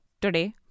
Today